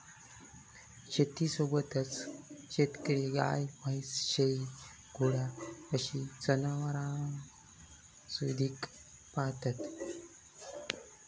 शेतीसोबतच शेतकरी गाय, म्हैस, शेळी, घोडा अशी जनावरांसुधिक पाळतत